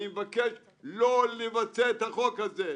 אני מבקש לא לבצע את החוק הזה.